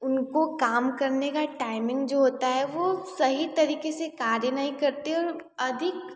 उनको काम करने का टाइमिंग जो होता है वो सही तरीके से कार्य नहीं करते और अधिक